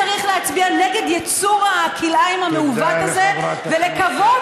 צריך להצביע נגד יצור הכלאיים המעוות הזה ולקוות